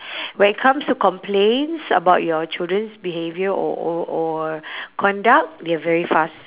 when it comes to complaints about your children's behaviour or or or conduct they're very fast